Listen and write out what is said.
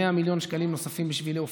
100 מיליון שקלים נוספים בשבילי אופניים.